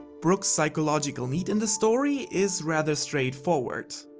brook's psychological need in the story is rather straightforward.